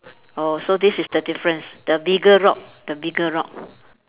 oh so this is the difference the bigger rock the bigger rock